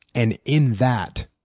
and in that,